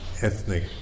ethnic